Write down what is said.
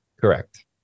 Correct